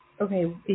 Okay